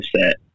set